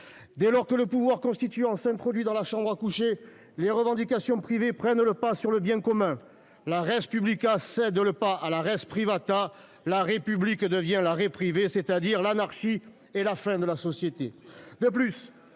Dès lors que le pouvoir constituant s'introduit dans la chambre à coucher, les revendications privées prennent le pas sur le bien commun. La cède le pas à la. La République devient la « Réprivée », c'est-à-dire l'anarchie et la fin de la société